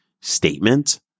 statement